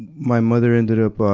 my mother ended up, ah,